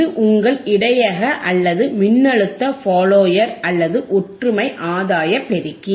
இது உங்கள் இடையக அல்லது மின்னழுத்த ஃபாலோயர் அல்லது ஒற்றுமை ஆதாய பெருக்கி